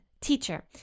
Teacher